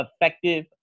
effective